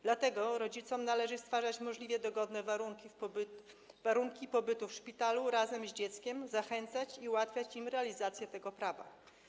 Dlatego rodzicom należy stwarzać możliwie dogodne warunki pobytu w szpitalu razem z dzieckiem, zachęcać i ułatwiać im realizację tego prawa.